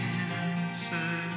answer